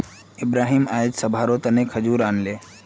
इब्राहिम अयेज सभारो तने खजूर आनले